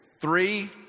Three